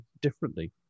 differently